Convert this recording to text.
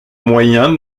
moyen